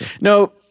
No